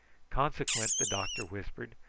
consequent, the doctor whispered,